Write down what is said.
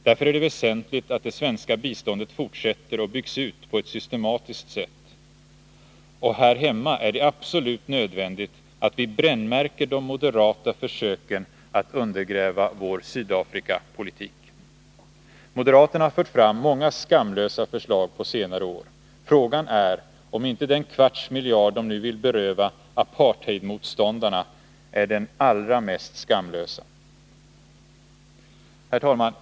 Därför är det väsentligt att det svenska biståndet fortsätter och byggs ut på ett systematiskt sätt — och här hemma är det absolut nödvändigt att vi brännmärker de moderata försöken att undergräva vår Sydafrikapolitik. Moderaterna har fört fram många skamlösa förslag på senare år. Frågan är om inte den kvarts miljard som de nu vill beröva apartheidmotståndarna är det allra mest skamlösa. Herr talman!